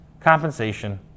compensation